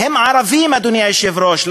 הם ערבים, אדוני היושב-ראש.